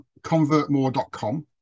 convertmore.com